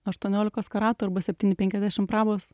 aštuoniolikos karatų arba septyni penkiasdešimt prabos